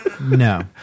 No